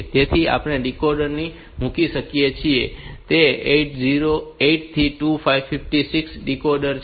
તેથી આપણે જે ડીકોડર મૂકી શકીએ છીએ તે 8 થી 256 ડીકોડર છે